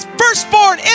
firstborn